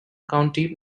county